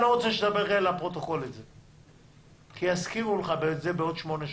אני לא רוצה שתאמר את זה לפרוטוקול כי יזכירו לך את זה בעוד שמונה שנים.